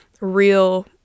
real